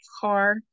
car